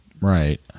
Right